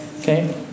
okay